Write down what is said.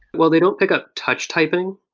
well, they don't pick up touch typing,